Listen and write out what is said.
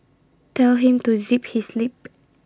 tell him to zip his lip